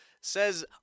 says